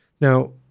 Now